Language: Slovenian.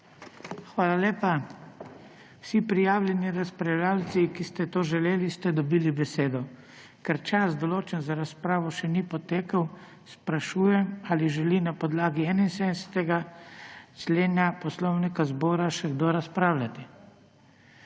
Hvala lepa. Vsi prijavljeni razpravljavci, ki ste to želeli, ste dobili besedo. Ker čas, določen za razpravo, še ni potekel sprašujem, ali želi na podlagi 71. člena Poslovnika zbora še kdo razpravljati?